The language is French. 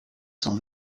cent